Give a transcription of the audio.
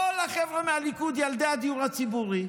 כל החבר'ה מהליכוד הם ילדי הדיור הציבורי,